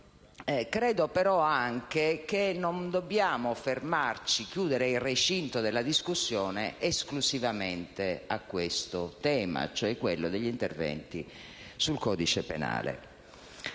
credo anche che non dobbiamo fermarci e chiudere il recinto della discussione esclusivamente al tema degli interventi sul codice penale.